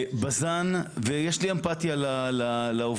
בז"ן, ויש לי אמפטיה לעובדים